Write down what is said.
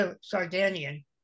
Sardinian